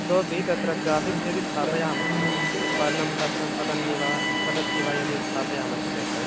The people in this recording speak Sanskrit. इतोऽपि तत्र यदि ग्रफ़िक्स् यदि स्थापयामः पर्णं पतन् पतन्निव पतद् इव यदि स्थापयामश्चेत्